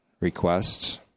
requests